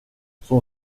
son